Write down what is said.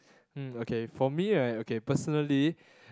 hmm okay for me right okay personally